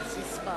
העיקר שהצלחנו.